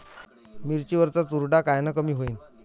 मिरची वरचा चुरडा कायनं कमी होईन?